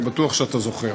אני בטוח שאתה זוכר.